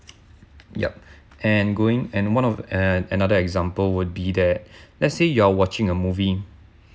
yup and going and one of uh another example would be that let's say you're watching a movie